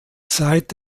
zeit